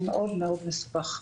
הוא מאוד-מאוד מסובך.